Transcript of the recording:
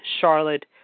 Charlotte